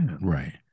Right